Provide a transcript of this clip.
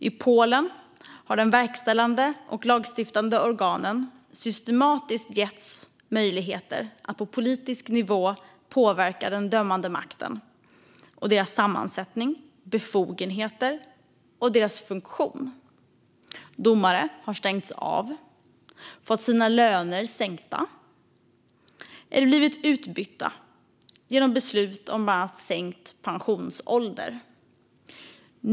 I Polen har de verkställande och lagstiftande organen systematiskt getts möjlighet att på politisk nivå påverka den dömande maktens sammansättning, befogenheter och funktion. Domare har stängts av, fått sina löner sänkta eller blivit utbytta genom beslut om bland annat sänkt pensionsålder.